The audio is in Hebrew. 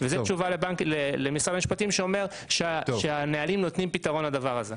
זאת תשובה למשרד המשפטים שאומר שהנהלים נותנים פתרון לדבר הזה.